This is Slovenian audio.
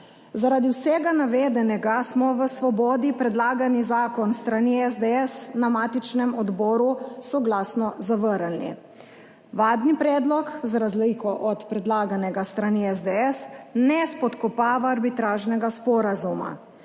Zaradi vsega navedenega smo v Svobodi predlagani zakon s strani SDS na matičnem odboru soglasno zavrnili. Vladni predlog za razliko od predlaganega s strani SDS ne spodkopava arbitražnega sporazuma.